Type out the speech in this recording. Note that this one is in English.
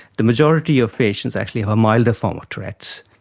the majority of patients actually have a milder form of tourette's,